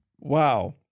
Wow